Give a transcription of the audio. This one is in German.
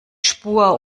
spur